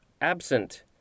absent